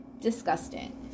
Disgusting